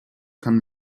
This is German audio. kann